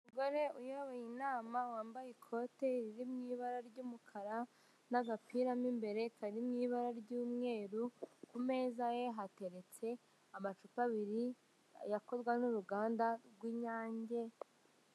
Umugore uyoboye inama wambaye ikote riri mu ibara ry'umukara n'agapiramo imbere karirimo ibara ry'umweru, ku imeza ye, hateretse amacupa abiri yakozwe n'uruganda rw'Inyange.